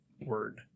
word